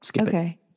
Okay